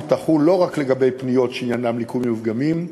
תחול לא רק על פניות שעניינן ליקויים ופגמים,